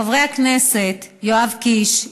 חברי הכנסת יואב קיש,